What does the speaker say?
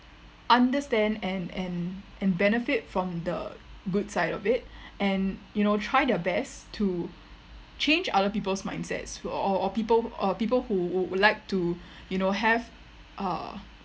understand and and and benefit from the good side of it and you know try their best to change other people's mindset who or or people or people who who would like to you know have err